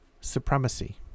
Supremacy